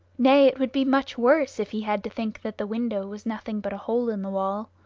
nay, it would be much worse if he had to think that the window was nothing but a hole in the wall.